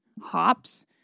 hops